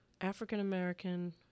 African-American